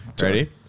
Ready